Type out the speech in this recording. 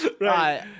right